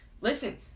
Listen